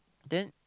then